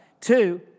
Two